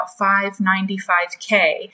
$595K